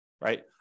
right